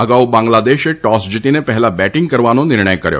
અગાઉ બાંગ્લાદેશે ટોસ જીતીને પહેલા બેટીંગ કરવાનો નિર્ણય કર્યો